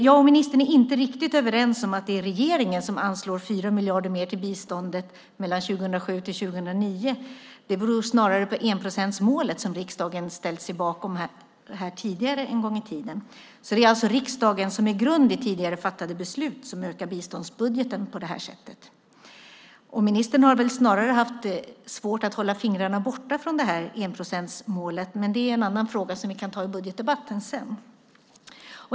Jag och ministern är inte riktigt överens om att det är regeringen som anslår 4 miljarder mer till biståndet för 2007-2009. Det beror snarare på enprocentsmålet som riksdagen ställt sig bakom tidigare. Det är alltså riksdagen som är grunden till tidigare fattade beslut som ökar biståndsbudgeten på det här sättet. Ministern har väl snarare haft det svårt att hålla fingrarna borta från enprocentsmålet, men det är en annan fråga som vi kan ta upp i budgetdebatten sedan.